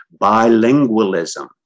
bilingualism